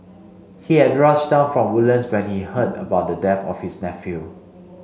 he had rushed down from Woodlands when he heard about the death of his nephew